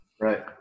Right